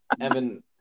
Evan